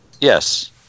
Yes